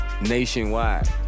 nationwide